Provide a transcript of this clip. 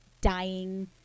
dying